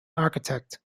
architect